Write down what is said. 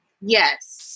Yes